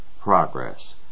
progress